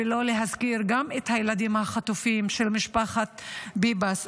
ולא להזכיר גם את הילדים החטופים של משפחת ביבס,